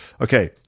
Okay